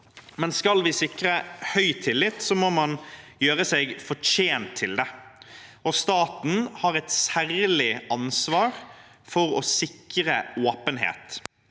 Men skal vi sikre høy tillit, må man gjøre seg fortjent til det, og staten har et særlig ansvar for å sikre åpenhet.